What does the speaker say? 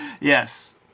Yes